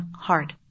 hard